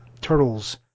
Turtles